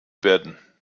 werden